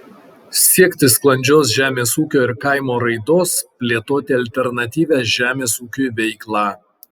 siekti sklandžios žemės ūkio ir kaimo raidos plėtoti alternatyvią žemės ūkiui veiklą